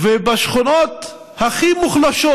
ובשכונות הכי מוחלשות,